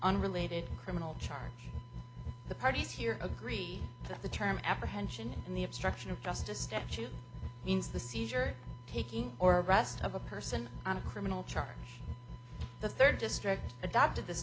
unrelated criminal charge the parties here agree that the term apprehension and the obstruction of justice step two means the seizure taking or arrest of a person on a criminal charge the third district adopted this